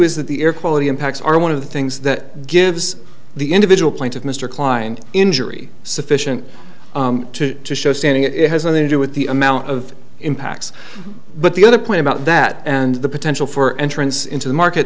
is that the air quality impacts are one of the things that gives the individual points of mr klein injury sufficient to show standing it has nothing to do with the amount of impacts but the other point about that and the potential for entrance into the market